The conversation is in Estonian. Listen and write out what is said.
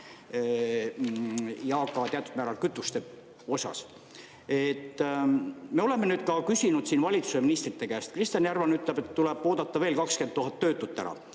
ja ka teatud määral kütuste tõttu. Me oleme küsinud ka valitsuse ministrite käest. Kristjan Järvan ütleb, et tuleb oodata veel 20 000 töötut ära,